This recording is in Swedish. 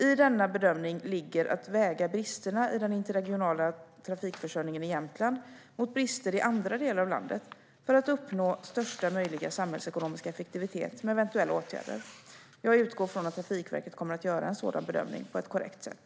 I denna bedömning ligger att väga bristerna i den interregionala trafikförsörjningen i Jämtland mot brister i andra delar av landet för att uppnå största möjliga samhällsekonomiska effektivitet med eventuella åtgärder. Jag utgår från att Trafikverket kommer att göra en sådan bedömning på ett korrekt sätt.